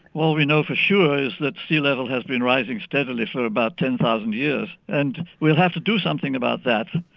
all we know for sure is that sea level has been rising steadily for about ten thousand years and we'll have to do something about that.